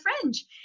Fringe